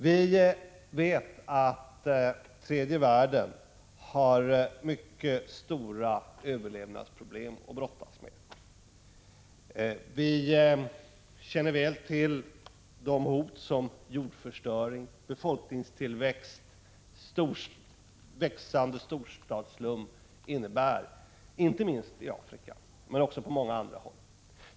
Vi vet att tredje världen brottas med mycket stora överlevnadsproblem. Vi känner väl till det hot som jordförstöring, befolkningsökning och växande storstadsslum innebär, inte minst i Afrika, men också på många andra håll.